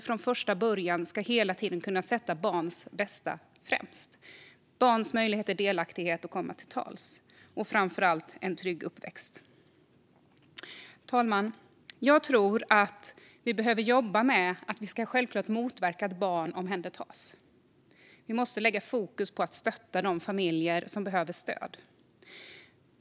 Från första början ska man kunna sätta barns bästa främst. Det handlar om barns möjlighet till delaktighet och att komma till tals och framför allt att få en trygg uppväxt. Fru talman! Vi ska självklart motverka att barn behöver omhändertas. Vi måste lägga fokus på att stötta de familjer som behöver stöd.